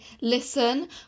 listen